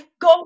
Go